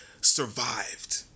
survived